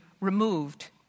removed